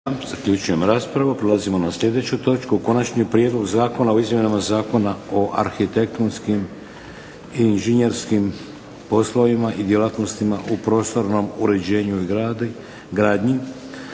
Vladimir (HDZ)** Prelazimo na sljedeću točku - Konačni prijedlog zakona o izmjenama Zakona o arhitektonskim i inženjerijskim poslovima i djelatnostima u prostornom uređenju i gradnji,